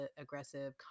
aggressive